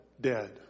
dead